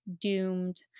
doomed